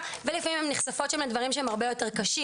ולפעמים הן נחשפות שם לדברים שהם הרבה יותר קשים,